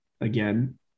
again